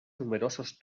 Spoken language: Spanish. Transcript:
numerosos